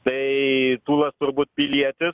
tai tūlas turbūt pilietis